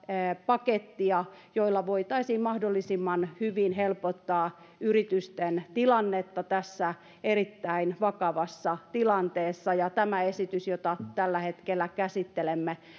pakettia jolla voitaisiin mahdollisimman hyvin helpottaa yritysten tilannetta tässä erittäin vakavassa tilanteessa ja tämä esitys jota tällä hetkellä käsittelemme